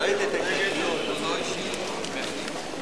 הצעת סיעת קדימה להביע אי-אמון